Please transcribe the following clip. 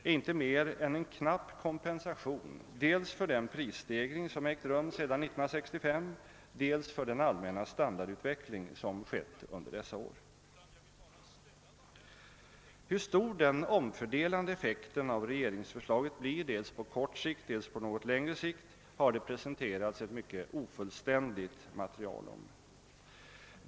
är inte mer än en knapp: kompensation dels för den prisstegring” som ägt rum sedan 1965, dels för: den: allmänna standardutveckling som skett under dessa år. Hur stor den omfördelande effekten av regeringsförslaget blir, dels på kort sikt, dels på något längre sikt, har det presenterats ett mycket ofullständigt material om.